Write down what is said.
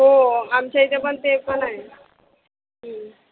हो आमच्या इथे पण ते पण आहे